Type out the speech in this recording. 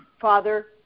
Father